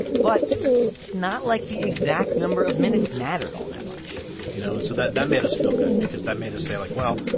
but it's not like the exact number of minutes mattered all that much you know, and so that that made us feel good because that made us say, like, well,